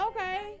Okay